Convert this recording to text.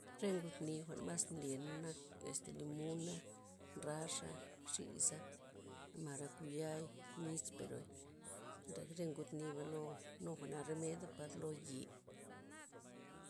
Re ngud nii jwa'n mas ndyena nak este limuna', ndraxa', xisa', marakuyai, nisperoi, re ngud niba' no- nu jwa'na romeda par lo yee'.